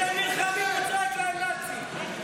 כשהם נלחמים הוא צועק להם נאצים.